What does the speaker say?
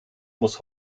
muss